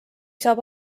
saab